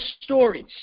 stories